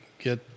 get